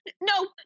No